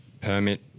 permit